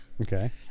Okay